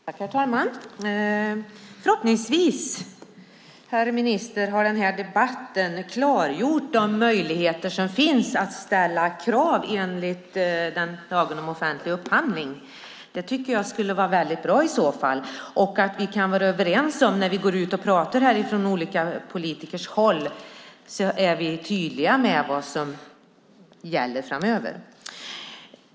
Herr talman! Förhoppningsvis har den här debatten klargjort de möjligheter som finns att ställa krav enligt lagen om offentlig upphandling. Det är bra. Då kan vi politiker vara tydliga med vad som gäller framöver.